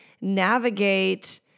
navigate